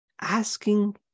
Asking